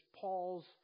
Paul's